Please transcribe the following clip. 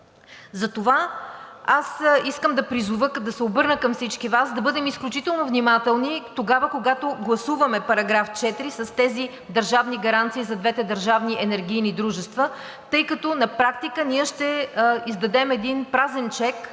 Затова искам да призова и да се обърна към всички Вас да бъдем изключително внимателни тогава, когато гласуваме § 4 с тези държавни гаранции за двете държавни енергийни дружества, тъй като на практика ние ще издадем един празен чек